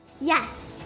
Yes